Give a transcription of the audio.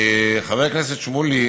חבר הכנסת שמולי